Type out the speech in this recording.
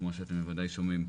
כמו שאתם בוודאי שומעים,